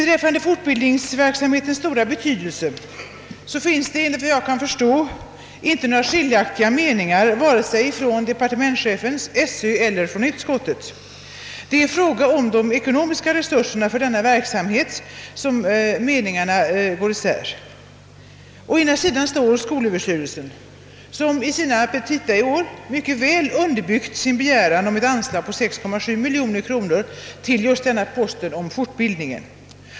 tens stora betydelse råder det, enligt vad jag kan förstå, inte några skiljaktiga meningar mellan vare sig departementschefen, SÖ eller utskottet. Det är i fråga om de ekonomiska resurserna för denna verksamhet som uppfattningarna går isär. Å ena sidan står skolöverstyrelsen, som i sina petita i år mycket väl underbyggt sin begäran om ett anslag på 6,7 miljoner kronor till just denna post som avser fortbildningen.